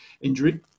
injury